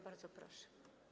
Bardzo proszę.